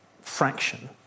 fraction